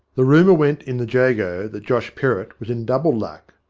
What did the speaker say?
the rumour went in the jago that josh perrott was in double luck.